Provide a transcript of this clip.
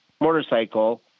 motorcycle